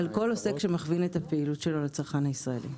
על כל עוסק שמכווין את הפעילות שלו לצרכן הישראלי.